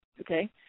okay